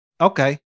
okay